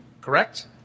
correct